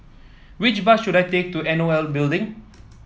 which bus should I take to N O L Building